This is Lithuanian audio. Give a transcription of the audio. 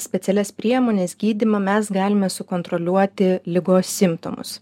specialias priemones gydymą mes galime sukontroliuoti ligos simptomus